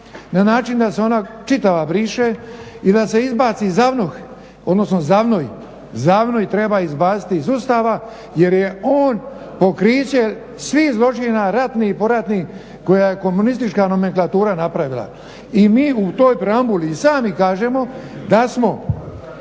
na način da se ona čitava briše i da se izbaci ZAVNOH, odnosno ZAVNOJ. ZAVNOJ treba izbaciti iz Ustava jer je on pokriće svih zločina ratnih, poratnih koje je komunistička nomenklatura napravila. I mi u toj preambuli i sami kažemo da smo